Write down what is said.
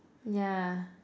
ya